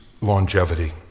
longevity